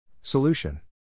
Solution